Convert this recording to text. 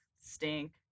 stink